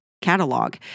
catalog